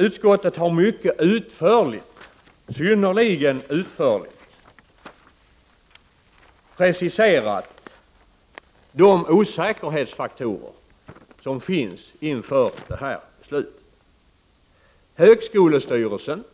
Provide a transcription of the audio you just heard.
Utskottet har mycket utförligt preciserat de osäkerhetsfaktorer som finns inför detta beslut. Högskolestyrelsen